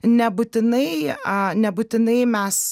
nebūtinai a nebūtinai mes